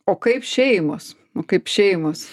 o kaip šeimos kaip šeimos